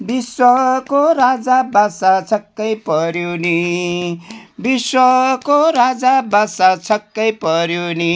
विश्वको राजा बादशाह छक्कै पऱ्यो नि विश्वको राजा बादशाह छक्कै पऱ्यो नि